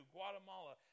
Guatemala